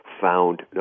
found